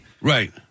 Right